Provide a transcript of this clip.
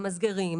המסגרים,